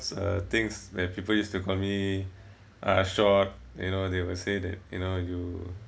uh) things when people used to call me uh short you know they will say that you know you